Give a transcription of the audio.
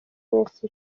iminsi